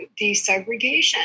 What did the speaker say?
desegregation